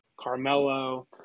Carmelo